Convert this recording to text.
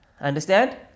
Understand